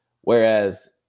Whereas